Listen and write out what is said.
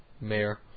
mayor